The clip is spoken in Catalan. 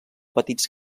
petits